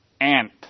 ant